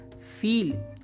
feel